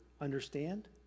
understand